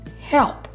help